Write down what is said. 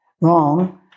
wrong